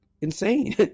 insane